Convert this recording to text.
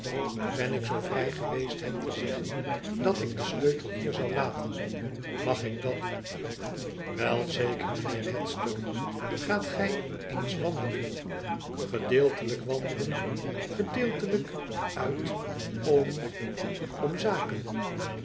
ben ik zoo vrij geweest hem te zeggen dat ik den sleutel hier zou laten mag ik dat doen wel zeker mijnheer headstone gaat gij eens wandelen gedeeltelijk wandelen gedeeltelijk uit om om zaken